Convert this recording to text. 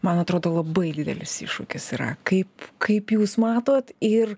man atrodo labai didelis iššūkis yra kaip kaip jūs matot ir